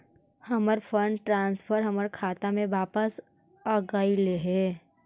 हमर fund transfer हमर खाता में वापस आगईल हे